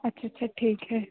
अच्छा अच्छा ठीक है